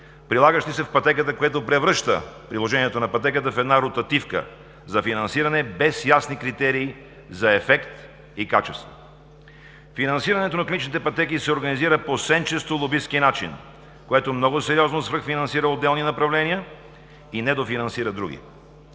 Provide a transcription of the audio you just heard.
прилагащи се в пътеката, което превръща приложенията на пътеката в една ротативка за финансиране, без ясни критерии за ефект и качество. Финансирането на клиничните пътеки се организира по сенчесто лобистки начин, което много сериозно свръхфинансира отделни направления и недофинансира други.